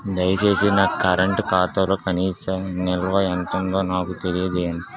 దయచేసి నా కరెంట్ ఖాతాలో కనీస నిల్వ ఎంత ఉందో నాకు తెలియజేయండి